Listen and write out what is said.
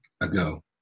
ago